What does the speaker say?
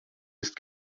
ist